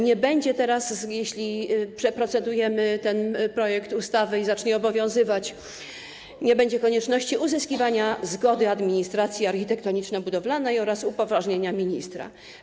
Nie będzie teraz - jeśli przeprocedujemy ten projekt ustawy i ona zacznie obowiązywać - konieczności uzyskiwania zgody administracji architektoniczno-budowlanej oraz upoważnienia ministra.